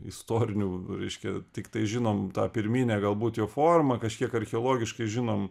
istorinių reiškia tiktai žinom tą pirminę galbūt jo formą kažkiek archeologiškai žinom